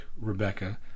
Rebecca